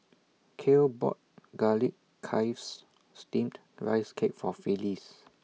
Kale bought Garlic Chives Steamed Rice Cake For Phillis